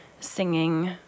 singing